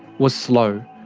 was slow.